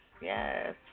Yes